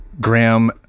Graham